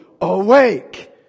awake